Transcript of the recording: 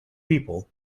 people